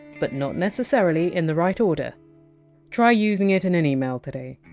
but not necessarily in the right order try using it in an email today